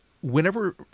whenever